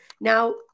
now